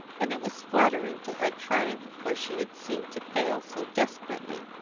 and it was flattering to have triumphed where she had seemed to fail so desperately.